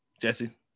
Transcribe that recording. Jesse